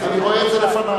רבותי,